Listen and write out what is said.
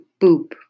boop